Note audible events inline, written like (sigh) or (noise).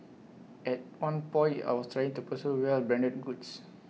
(noise) at one point I was trying to pursue wealth branded goods